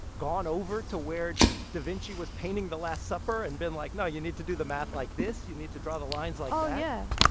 gone over to where da vinci was painting the last supper and been, like, no, you need to do the math like this, you need to draw the lines like that? oh, yeah,